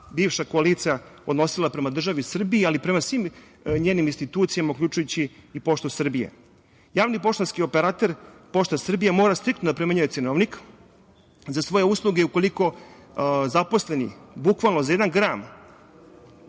bivša koalicija odnosila prema državi Srbiji, ali i prema svim njenim institucijama, uključujući i „Poštu Srbije“.Javni poštanski operater, „Pošta Srbije“ mora striktno da primenjuje cenovnik za svoje usluge u koliko zaposleni, bukvalno, za jedan gram